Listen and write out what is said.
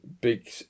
big